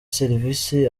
serivisi